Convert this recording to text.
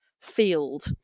field